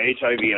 HIV